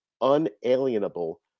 unalienable